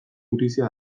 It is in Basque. gutizia